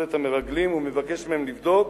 את המרגלים הוא מבקש מהם לבדוק,